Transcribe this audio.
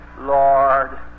Lord